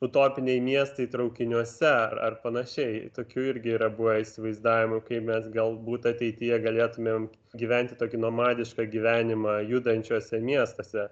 utopiniai miestai traukiniuose ar panašiai tokių irgi yra buvę įsivaizdavimų kaip mes galbūt ateityje galėtumėm gyventi tokį nomadišką gyvenimą judančiuose miestuose